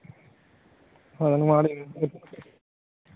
ᱦᱚᱲᱢᱚ ᱟᱹᱰᱤ